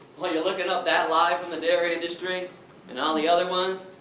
when your looking up that lie from the dairy industry and all the other ones.